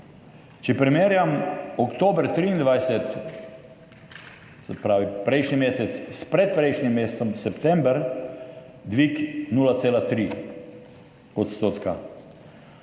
Če primerjam oktober 2023, se pravi prejšnji mesec s predprejšnjim mesecem, september, dvig 0,3 %.